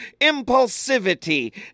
impulsivity